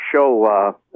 show